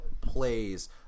plays